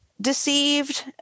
deceived